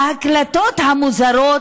ההקלטות המוזרות,